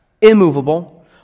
Immovable